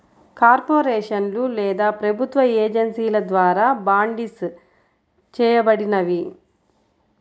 కార్పొరేషన్లు లేదా ప్రభుత్వ ఏజెన్సీల ద్వారా బాండ్సిస్ చేయబడినవి